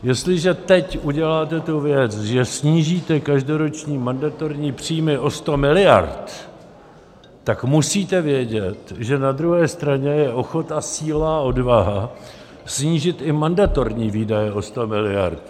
Jestliže teď uděláte tu věc, že snížíte každoroční mandatorní příjmy o 100 miliard, tak musíte vědět, že na druhé straně je ochota, síla a odvaha snížit i mandatorní výdaje o 100 miliard.